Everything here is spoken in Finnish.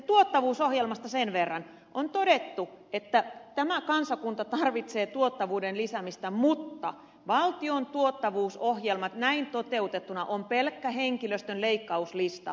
tuottavuusohjelmasta sen verran että on todettu että tämä kansakunta tarvitsee tuottavuuden lisäämistä mutta valtion tuottavuusohjelma näin toteutettuna on pelkkä henkilöstön leikkauslista